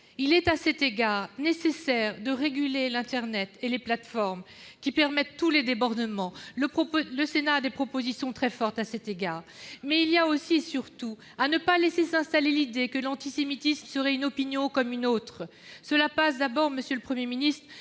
Il est, à cet égard, nécessaire de réguler internet et les plateformes, qui permettent tous les débordements. Le Sénat a formulé des propositions très fortes à cet égard. Mais aussi et surtout, il convient de ne pas laisser s'installer l'idée que l'antisémitisme serait une opinion comme une autre. Cela passe d'abord, monsieur le Premier ministre,